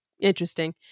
interesting